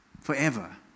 Forever